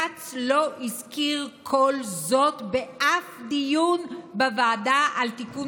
כץ לא הזכיר כל זאת באף דיון בוועדה על תיקון